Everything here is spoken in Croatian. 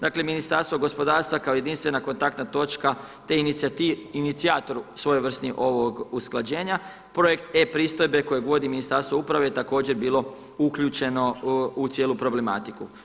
Dakle, Ministarstvo gospodarstva kao jedinstvena kontaktna točka te inicijator svojevrsni ovog usklađenja, projekt e-pristojbe kojeg vodi Ministarstvo uprave također bilo uključeno u cijelu problematiku.